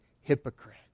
hypocrite